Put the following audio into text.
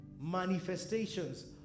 manifestations